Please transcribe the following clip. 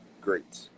great